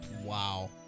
Wow